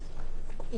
המשטרה.